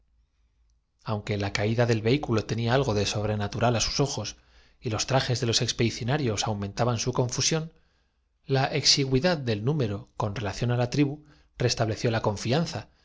aunque la caída del vehículo tenía algo de sobrena tural á sus ojos y los trajes de los expedicionarios au mentaban su confusión la exigüidad del número con relación á la tribu restableció la confianza y